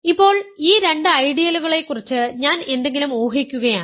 ഇപ്പോൾ ഈ രണ്ട് ഐഡിയലുകളെക്കുറിച്ച് ഞാൻ എന്തെങ്കിലും ഊഹിക്കുകയാണ്